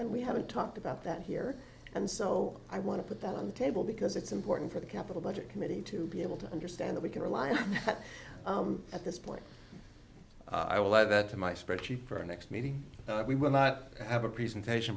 and we haven't talked about that here and so i want to put that on the table because it's important for the capital budget committee to be able to understand that we can rely on that at this point i will add that to my spreadsheet for our next meeting we will not have a presentation